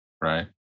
right